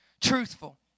truthful